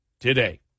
Today